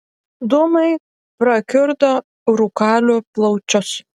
dūmai prakiurdo rūkalių plaučius